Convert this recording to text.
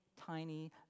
tiny